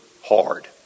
hard